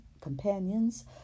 companions